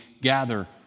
gather